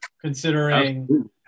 Considering